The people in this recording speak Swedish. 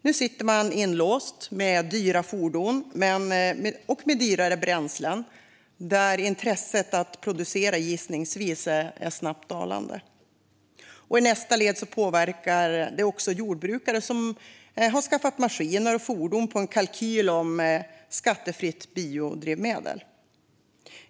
Nu sitter man inlåst med dyra fordon och dyrare bränslen som det gissningsvis finns ett snabbt dalande intresse för att producera. I nästa led påverkar det också jordbrukare som har skaffat maskiner och fordon när de kalkylerat med skattefritt biodrivmedel.